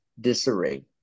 disarray